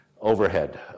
overhead